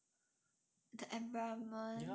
the environment